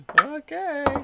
Okay